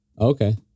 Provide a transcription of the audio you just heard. Okay